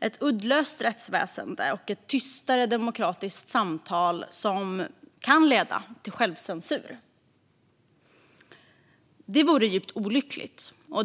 ett uddlöst rättsväsen och ett tystare demokratiskt samtal som kan leda till självcensur. Det vore djupt olyckligt.